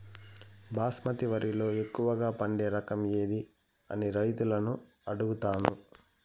బాస్మతి వరిలో ఎక్కువగా పండే రకం ఏది అని రైతులను అడుగుతాను?